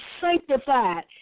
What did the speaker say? sanctified